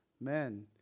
men